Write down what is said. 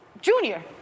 Junior